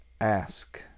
ask